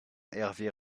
hervé